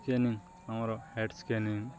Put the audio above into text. scanning ଆମର head scanning